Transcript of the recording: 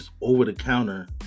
over-the-counter